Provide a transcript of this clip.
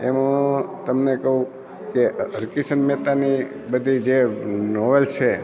એમ હું તમને કહું કે હરકિશન મહેતાની બધી જે નોવેલ છે